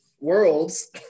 worlds